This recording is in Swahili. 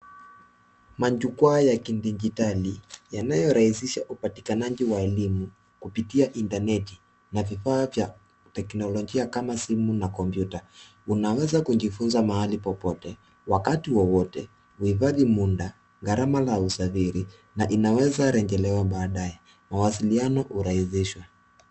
Majukwa ya kidijitali, yanayorahisisha upatikanaji wa elimu, kupitia intaneti na vifaa vya teknolojia kama simu na kompyuta. Unaweza kujifunza mahali popote, wakati wowote, huhitaji muda, gharama la usadiri na inaweza kurejelewa baadaye. Mawasiliano kurahisishwa.